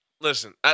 Listen